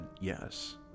Yes